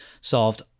solved